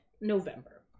November